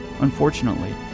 Unfortunately